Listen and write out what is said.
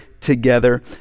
together